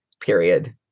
period